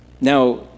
Now